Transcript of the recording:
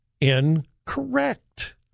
incorrect